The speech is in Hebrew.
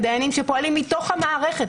לדיינים שפועלים מתוך המערכת,